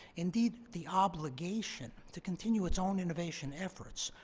indeed the obligation, to continue its own innovation efforts,